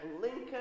Lincoln